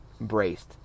embraced